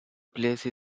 place